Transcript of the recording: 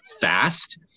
fast –